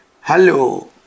Hello